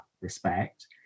respect